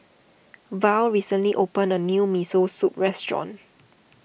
Val recently opened a new Miso Soup restaurant